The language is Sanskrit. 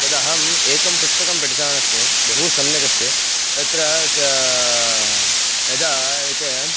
तदहम् एकं पुस्तकं पठितवान् अस्मि बहु सम्यक् अस्ति तत्र यदा एते